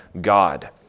God